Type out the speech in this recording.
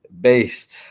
based